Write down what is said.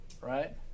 right